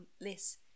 less